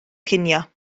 cinio